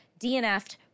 dnf'd